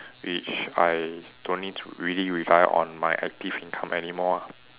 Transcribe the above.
which I don't need to really rely on my active income anymore ah